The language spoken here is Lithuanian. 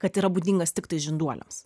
kad yra būdingas tiktais žinduoliams